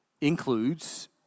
includes